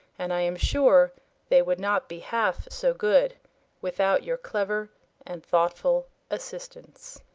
and i am sure they would not be half so good without your clever and thoughtful assistance.